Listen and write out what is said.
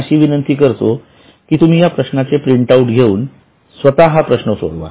मी अशी विनंती करतो की तुम्ही या प्रश्नाचे प्रिंटाऊट घेऊन स्वतः हा प्रश्न सोडवा